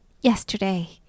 yesterday